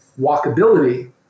walkability